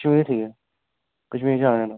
कश्मीर गै ठीक ऐ कश्मीर गै जाना में